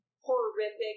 horrific